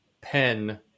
pen